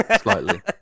slightly